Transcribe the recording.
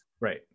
right